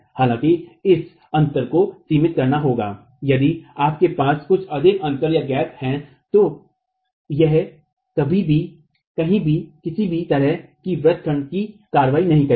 हालाँकि इस अंतर को सीमित करना होगा यदि आपके पास बहुत अधिक अंतरगैप है तो यह कभी भी किसी भी तरह कि व्रत खंड कि कार्रवाई नहीं करेगा